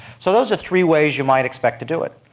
so those are three ways you might expect to do it.